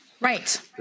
Right